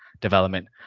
development